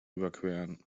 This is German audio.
überqueren